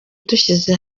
dushyize